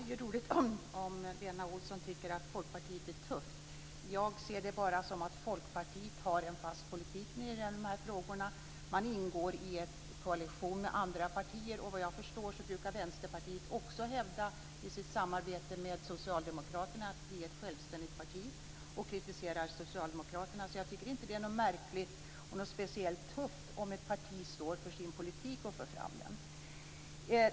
Herr talman! Det är ju roligt om Lena Olsson tycker att Folkpartiet är tufft. Jag ser det bara som att Folkpartiet har en fast politik när det gäller de här frågorna. Vi ingår i en koalition med andra partier, och vad jag förstår brukar också Vänsterpartiet i sitt samarbete med Socialdemokraterna hävda att man är ett självständigt parti och kritisera Socialdemokraterna. Jag tycker inte att det är något märkligt eller speciellt tufft om ett parti står för sin politik och för fram den.